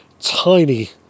tiny